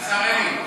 השר אלי,